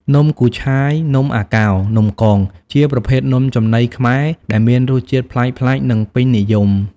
នំគូឆាយ នំអាកោរ នំកង ជាប្រភេទនំចំណីខ្មែរដែលមានរសជាតិប្លែកៗ និងពេញនិយម ។